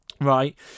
right